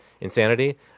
insanity